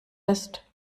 ist